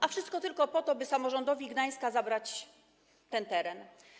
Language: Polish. A wszystko tylko po to, by samorządowi Gdańska zabrać ten teren.